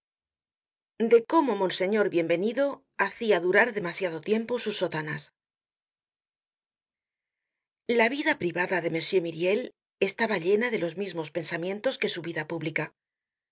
de cómo monseñor bienvenido hacia durar demasiado tiempo sus sotanas la vida privada de m myriel estaba llena de los mismos pensamientos que su vida pública